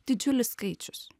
didžiulis skaičius